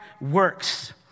works